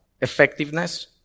effectiveness